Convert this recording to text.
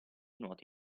nuoto